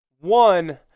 one